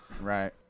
Right